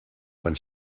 quan